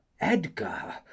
Edgar